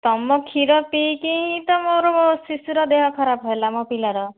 ତମ କ୍ଷୀର ପିଇକି ହିଁ ତ ମୋର ଶିଶୁର ଦେହ ଖରାପ ହେଲା ମୋ ପିଲାର